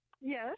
Yes